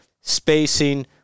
spacing